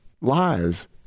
lies